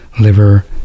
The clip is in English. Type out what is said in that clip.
liver